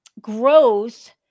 growth